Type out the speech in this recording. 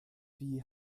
wie